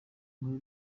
muri